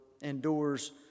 endures